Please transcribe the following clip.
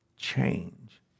change